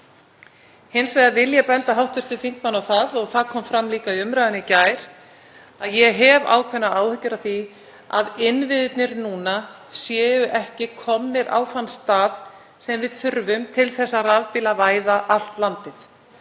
Hins vegar vil ég benda hv. þingmanni á það, og það kom líka fram í umræðunni í gær, að ég hef ákveðnar áhyggjur af því að innviðirnir séu ekki komnir á þann stað sem við þurfum til að rafbílavæða allt landið.